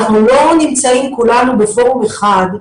אנחנו לא נמצאים כולנו בפורום אחד,